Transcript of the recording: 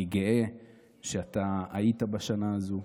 אני גאה שאתה היית בשנה הזאת,